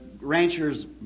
rancher's